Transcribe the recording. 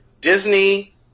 Disney